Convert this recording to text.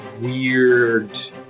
weird